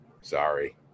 Sorry